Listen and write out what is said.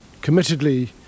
committedly